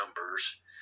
numbers